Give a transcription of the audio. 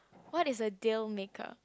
what is a dealmaker